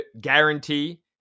guarantee